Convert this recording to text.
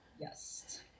Yes